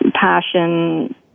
passion